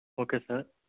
okay sir